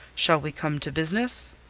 shall we come to business?